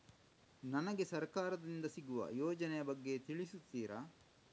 ನನಗೆ ಸರ್ಕಾರ ದಿಂದ ಸಿಗುವ ಯೋಜನೆ ಯ ಬಗ್ಗೆ ತಿಳಿಸುತ್ತೀರಾ?